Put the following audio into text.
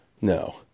No